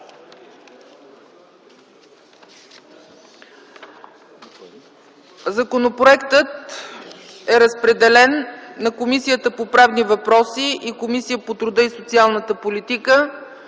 Законопроектът е разпределен на Комисията по правни въпроси и на Комисията по труда и социалната политика.